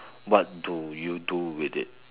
what do you do with it